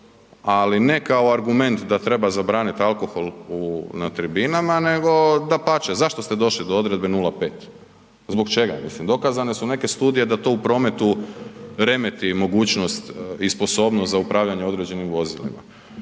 ali ne kao argument da treba zabranit alkohol na tribinama nego dapače, zašto ste došli do odredbe 0,5, zbog čega? Mislim dokazane su neke studije da to u prometu remeti mogućnost i sposobnost za upravljanje određenim vozilima,